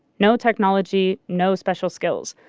no technology, no special skills.